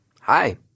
Hi